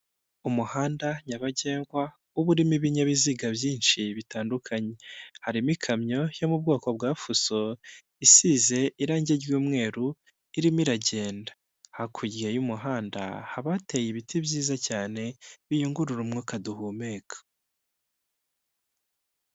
Umuhanda nyabagendwa uba urimo ibinyabiziga byinshi bitandukanye, harimo ikamyo yo mu bwoko bwa fuso, isize irangi ry'umweru irimo iragenda, hakurya y'umuhanda hakaba hateye ibiti byiza cyane biyungurura umwuka duhumeka.